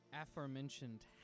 aforementioned